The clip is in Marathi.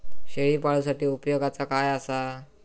शेळीपाळूसाठी उपयोगाचा काय असा?